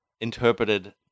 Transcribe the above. interpreted